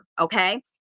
Okay